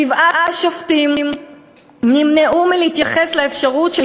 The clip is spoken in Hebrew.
"שבעה שופטים נמנעו מלהתייחס לאפשרות של